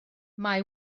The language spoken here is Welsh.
mae